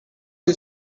you